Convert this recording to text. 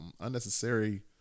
unnecessary